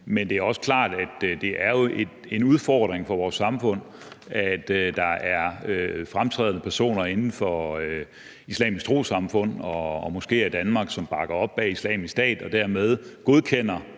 Men det er også klart, at det jo er en udfordring for vores samfund, at der er fremtrædende personer inden for Islamisk Trossamfund og moskéer i Danmark, som bakker op om Islamisk Stat og dermed godkender